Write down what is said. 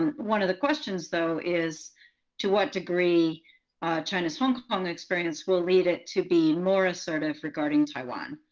um one of the questions, though, is to what degree china's hong kong experience will lead it to be more assertive regarding taiwan?